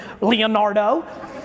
Leonardo